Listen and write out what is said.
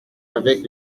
avec